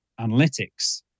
analytics